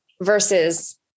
Versus